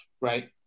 right